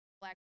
black